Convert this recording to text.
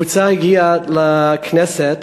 קבוצה הגיעה לכנסת,